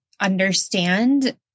understand